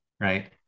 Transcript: right